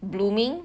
blooming